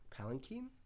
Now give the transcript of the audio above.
Palanquin